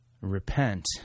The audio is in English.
repent